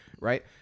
right